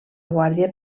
guàrdia